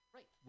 Right